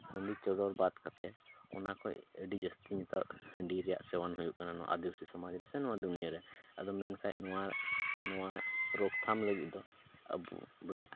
ᱦᱟᱺᱰᱤ ᱪᱚᱰᱚᱨ ᱵᱟᱫ ᱠᱟᱛᱮᱫ ᱚᱱᱟ ᱠᱷᱚᱱ ᱟᱹᱰᱤ ᱡᱟᱹᱥᱛᱤ ᱱᱤᱛᱚᱜ ᱦᱟᱺᱰᱤ ᱨᱮᱭᱟᱜ ᱥᱮᱵᱚᱱ ᱦᱩᱭᱩᱜ ᱠᱟᱱᱟ ᱱᱚᱣᱟ ᱟᱹᱫᱤᱵᱟᱹᱥᱤ ᱥᱚᱢᱟᱡᱽ ᱨᱮᱥᱮ ᱱᱚᱣᱟ ᱫᱩᱱᱤᱭᱟᱹ ᱨᱮ ᱟᱫᱚ ᱢᱮᱱᱠᱷᱟᱱ ᱱᱚᱣᱟ ᱱᱚᱣᱟ ᱨᱳᱠ ᱛᱷᱟᱢ ᱞᱟᱹᱜᱤᱫ ᱫᱚ ᱟᱵᱚ ᱵᱚᱞᱮ